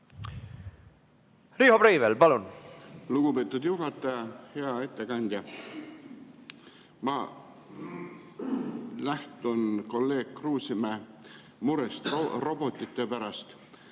Riho Breivel, palun! Lugupeetud juhataja! Hea ettekandja! Ma lähtun kolleeg Kruusimäe murest robotite pärast.